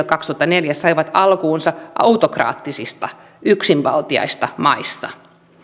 kaksituhattaneljä saivat alkunsa autokraattisista yksinvaltaisista maista